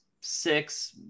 six